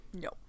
no